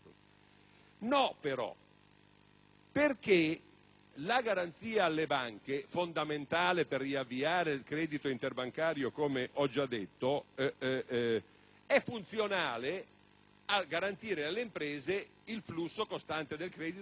perché la garanzia alle banche, fondamentale per riavviare il credito interbancario, come ho già detto, è funzionale a garantire alle imprese il flusso costante del credito di cui hanno bisogno per operare: